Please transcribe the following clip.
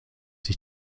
sich